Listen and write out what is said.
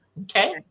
Okay